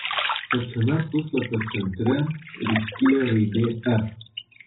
pačiame puslapio centre ryškėjo raidė f